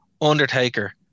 Undertaker